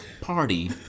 party